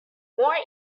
more